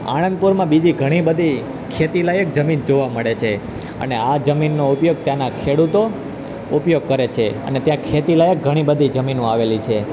આણંદપુરમાં બીજી ઘણીબધી ખેતીલાયક જમીન જોવા મળે છે અને આ જમીનનો ઉપયોગ ત્યાંના ખેડૂતો ઉપયોગ કરે છે અને ત્યાં ખેતીલાયક ઘણીબધી જમીનો આવેલી છે